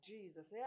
Jesus